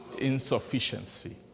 Insufficiency